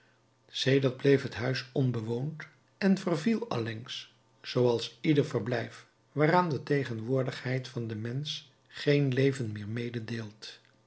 sedert bleef het huis onbewoond en verviel allengs zooals ieder verblijf waaraan de tegenwoordigheid van den mensch geen leven meer mededeelt